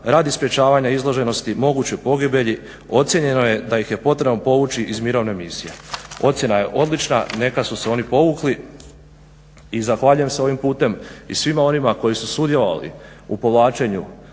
radi sprječavanja izloženosti mogućoj pogibelji ocjenjeno je da ih je potrebno povući iz mirovne misije. Ocjena je odlična, neka su se oni povukli i zahvaljujem se ovim putem i svima onima koji su sudjelovali u povlačenju